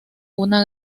una